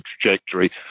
trajectory